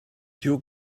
you